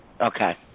Okay